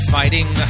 fighting